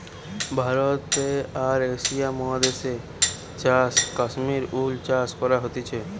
ভারতে আর এশিয়া মহাদেশে চাষ কাশ্মীর উল চাষ করা হতিছে